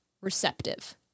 receptive